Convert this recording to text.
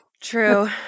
true